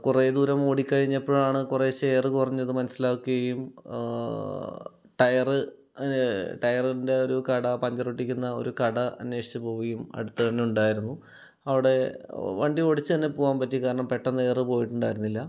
കുറേ ദൂരം ഓടിക്കഴിഞ്ഞപ്പോഴാണ് കുറേശ്ശെ എയർ കുറഞ്ഞത് മനസ്സിലാക്കുകയും ടയർ ടയറിൻ്റെ ഒരു കട പഞ്ചറൊട്ടിക്കുന്ന ഒരു കട അന്വേഷിച്ച് പോവുകയും അടുത്ത് തന്നെ ഉണ്ടായിരുന്നു അവിടെ വണ്ടി ഓടിച്ച് തന്നെ പോകാൻ പറ്റി കാരണം പെട്ടെന്ന് എയർ പോയിട്ടുണ്ടായിരുന്നില്ല